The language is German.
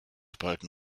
spalten